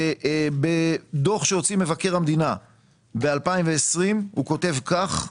בדוח שהוציא מבקר המדינה ב-2020 הוא כותב כך: